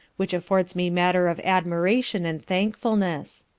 which affords me matter of admiration and thankfulness.